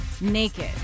naked